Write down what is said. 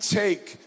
take